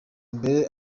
mbere